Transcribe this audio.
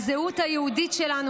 הזהות היהודית שלנו,